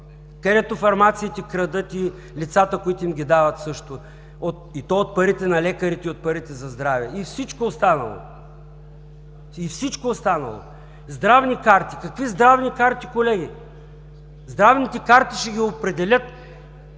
където фармациите крадат и лицата, които им ги дават също, и то от парите на лекарите, и от парите за здраве. И всичко останало – здравни карти, какви здравни карти, колеги? Здравните карти ще ги определят